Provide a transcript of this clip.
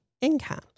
income